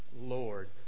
Lord